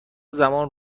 زمان